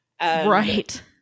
right